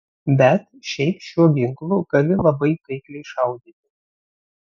bet šiaip šiuo ginklu gali labai taikliai šaudyti